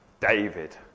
David